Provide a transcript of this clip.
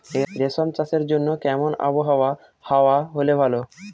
রেশম চাষের জন্য কেমন আবহাওয়া হাওয়া হলে ভালো?